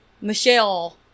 Michelle